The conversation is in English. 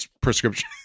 prescription